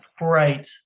Right